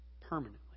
permanently